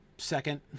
second